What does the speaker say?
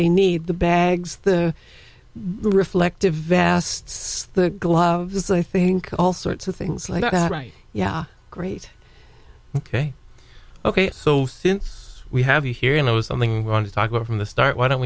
they need the bags the reflective vast the gloves i think all sorts of things like that right yeah great ok ok so since we have you here and it was something we want to talk about from the start why don't